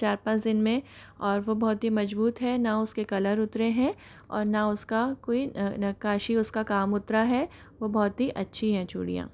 चार पाँच दिन में और वो बहुत ही मज़बूत है ना उसके कलर उतरे हैं और ना उसका कोई नक्काशी उसका काम उतरा है वो बहुत ही अच्छी हैं चूड़ियाँ